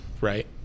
right